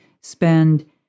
spend